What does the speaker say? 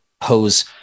pose